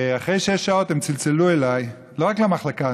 ואחרי שש שעות הם צלצלו אליי, לא רק למחלקה.